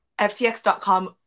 FTX.com